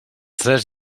tres